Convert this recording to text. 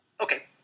Okay